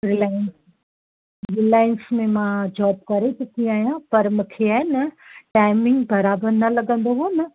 Reliance Reliance में मां job करे चुकी आहियां पर मूंखे आहे न टाईमिंग बराबरु न लॻंदो हो न